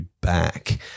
back